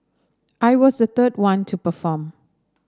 I was the third one to perform